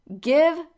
give